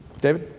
david?